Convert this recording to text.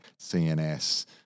CNS